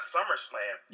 SummerSlam